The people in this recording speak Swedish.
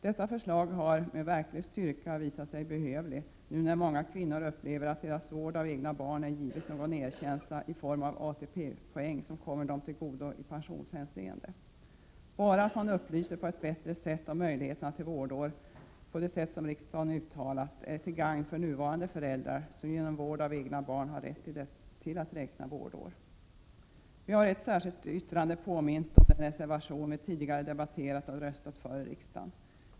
Denna möjlighet har med verklig styrka visat sig behövlig, eftersom många kvinnor upplever att deras vård av egna barn ej givit någon erkänsla i form av ATP-poäng som kommer dem tillgodo i pensionshänseende. Bara det faktum att man, på det sätt som riksdagen uttalat, bättre upplyser om möjligheten till vårdår är till gagn för nuvarande föräldrar, som genom vård av egna barn har rätt att räkna vårdår. Vi har i ett särskilt yttrande påmint om den reservation vi tidigare debatterat och röstat för i riksdagen.